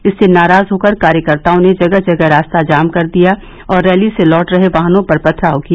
इससे नाराज होकर कार्यकर्ताओं ने जगह जगह रास्ता जाम कर दिया और रैली से र्लेट रहे वाहनों पर पथराव किया